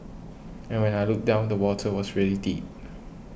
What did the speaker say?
and when I looked down the water was really deep